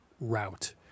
route